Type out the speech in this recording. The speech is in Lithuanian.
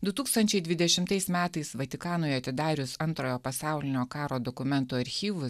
du tūkstančiai dvidešimais metais vatikanui atidarius antrojo pasaulinio karo dokumentų archyvus